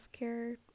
healthcare